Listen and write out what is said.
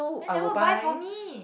why never buy for me